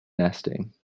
nesting